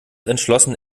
entschlossen